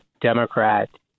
Democrat